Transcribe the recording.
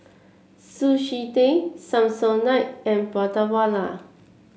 Sushi Tei Samsonite and Prata Wala